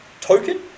token